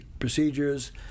Procedures